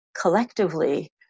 collectively